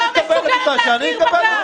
בבקשה, מיקי.